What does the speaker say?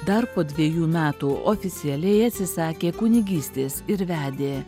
dar po dviejų metų oficialiai atsisakė kunigystės ir vedė